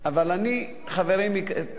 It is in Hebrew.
אבל אני, חברים יקרים, איתן,